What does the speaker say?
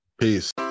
Peace